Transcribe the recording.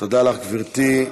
תודה לך, גברתי.